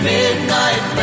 Midnight